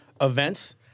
events